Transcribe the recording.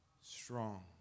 strong